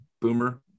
Boomer